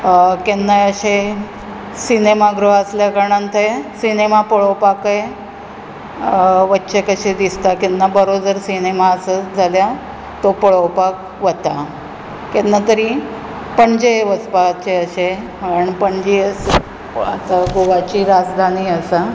केन्नाय अशे सिनेमागृह आसल्या कारणान थंय ते सिनेमा पळोपाकूय वचचें कशें दिसता केन्नाय बरो जर सिनेमा जर आसत जाल्या तो पळोपाक वता केन्ना तरी पणजे वचपाचें अशें कारण पणजे आतां गोवाची राजधानी आसा